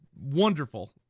wonderful